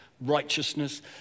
righteousness